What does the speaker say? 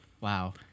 Wow